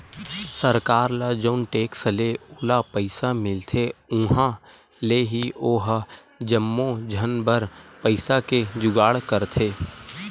सरकार ल जउन टेक्स ले ओला पइसा मिलथे उहाँ ले ही ओहा जम्मो झन बर पइसा के जुगाड़ करथे